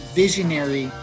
visionary